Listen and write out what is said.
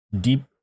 deep